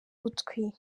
butwi